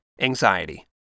anxiety